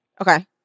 Okay